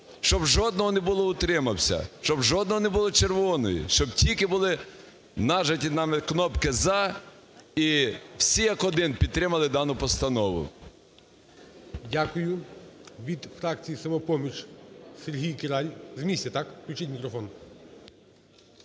щоб жодного не було "утримався", щоб жодного не було червоної, щоб тільки були нажаті нами кнопки "за", і всі, як один, підтримали дану постанову. ГОЛОВУЮЧИЙ. Дякую. Від фракції "Самопоміч" Сергій Кіраль. З місця, так? Включіть мікрофон.